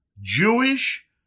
Jewish